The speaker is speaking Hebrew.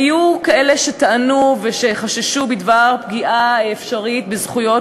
היו כאלה שטענו ושחששו מפגיעה בזכויות